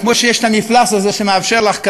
או כמו שיש המפלס הזה שמאפשר לך,